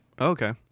Okay